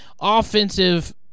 offensive